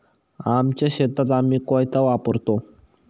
आमच्या शेतात आम्ही कोयता वापरतो